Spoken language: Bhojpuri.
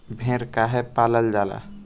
भेड़ काहे पालल जाला?